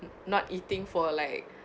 not eating for like